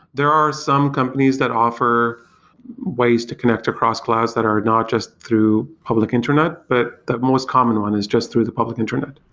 there are some companies that offer ways to connect across clouds that are not just through public internet, but the most common one is just through the public internet.